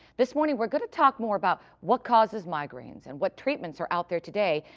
this morning, we're gonna talk more about what causes migraines and what treatments are out there today,